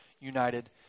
united